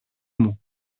μου